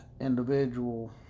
individual